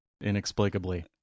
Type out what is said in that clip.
inexplicably